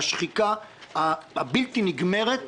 לשחיקה הבלתי נגמרת,